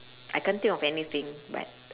I can't think of anything but